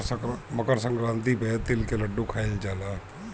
मकरसंक्रांति पे तिल के लड्डू खाइल जाला